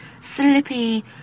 slippy